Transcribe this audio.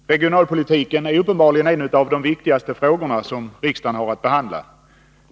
Fru talman! Regionalpolitiken är uppenbarligen en av de viktigaste frågor som riksdagen har att behandla.